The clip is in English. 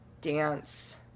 dance